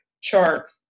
chart